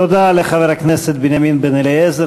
תודה לחבר הכנסת בנימין בן-אליעזר,